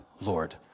Lord